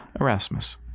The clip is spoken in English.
Erasmus